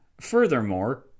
Furthermore